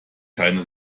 keine